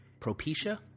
Propecia